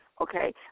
okay